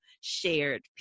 shared